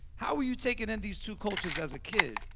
how were you taking in these two cultures as a kid?